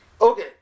Okay